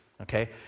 Okay